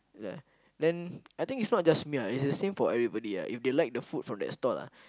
ya then I think is not just me ah it's the same for everybody ah if they like the food from that stall ah